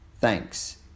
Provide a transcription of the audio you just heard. thanks